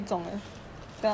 what thing 买爽